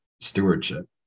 stewardship